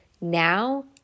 now